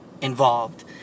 involved